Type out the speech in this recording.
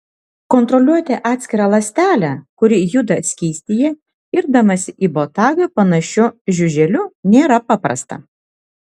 kontroliuoti atskirą ląstelę kuri juda skystyje irdamasi į botagą panašiu žiuželiu nėra paprasta